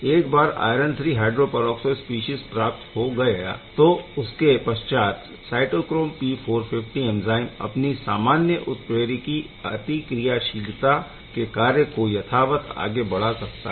एक बार iron III hydro peroxo species प्राप्त हो गया तो इसके पश्चात साइटोक्रोम P450 एंज़ाइम अपनी सामान्य उत्प्रेरकी अतिक्रियाशीलता के कार्य को यथावत आगे बढ़ा सकता है